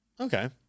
Okay